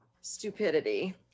stupidity